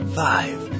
five